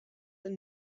een